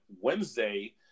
Wednesday